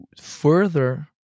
further